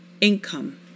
income